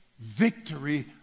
victory